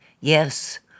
Yes